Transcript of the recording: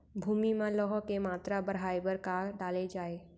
भूमि मा लौह के मात्रा बढ़ाये बर का डाले जाये?